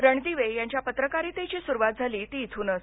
रणदिवे यांच्या पत्रकारितेची सुरुवात झाली ती इथूनच